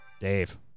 Dave